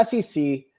SEC